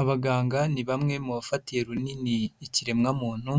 Abaganga ni bamwe mu bafatiye runini ikiremwamuntu,